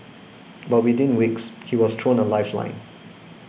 but within weeks he was thrown a lifeline